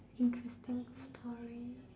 interesting story